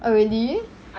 oh really